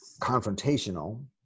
confrontational